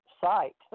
site